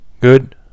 good